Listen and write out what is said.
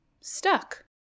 stuck